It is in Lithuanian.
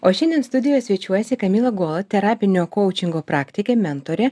o šiandien studijoje svečiuojasi kamila go terapinio koučingo praktikė mentorė